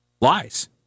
lies